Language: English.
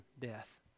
death